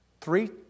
Three